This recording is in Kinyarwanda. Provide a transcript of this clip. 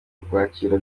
ukwakira